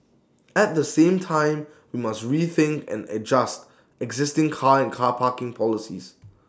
at the same time we must rethink and adjust existing car and car parking policies